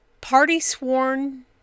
Party-sworn